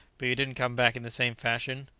but you didn't come back in the same fashion?